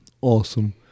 awesome